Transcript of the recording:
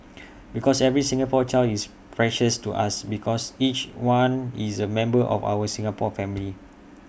because every Singapore child is precious to us because each one is A member of our Singapore family